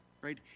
right